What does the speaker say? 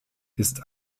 ist